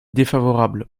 défavorable